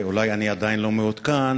ואולי אני עדיין לא מעודכן,